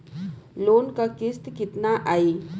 Loan क किस्त कितना आई?